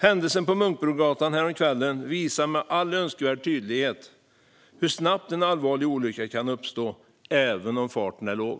Händelsen på Munkbrogatan häromkvällen visar med all önskvärd tydlighet hur snabbt en allvarlig olycka kan inträffa, även om farten är låg.